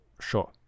sure